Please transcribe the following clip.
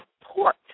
support